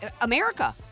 America